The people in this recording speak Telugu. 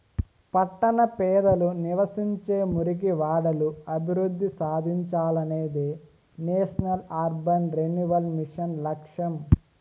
పట్టణ పేదలు నివసించే మురికివాడలు అభివృద్ధి సాధించాలనేదే నేషనల్ అర్బన్ రెన్యువల్ మిషన్ లక్ష్యం